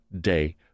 day